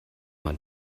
man